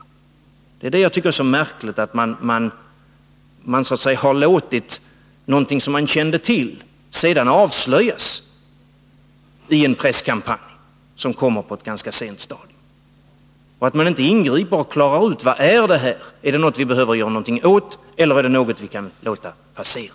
Det är det som jag tycker är så märkligt. Man har så att säga låtit någonting som man kände till avslöjas i en presskampanj, som kom på ett ganska sent stadium. Det är märkligt att man inte frågat sig: Vad är detta? Är det något som vi kan göra någonting åt, eller är det något som vi kan låta passera?